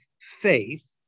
faith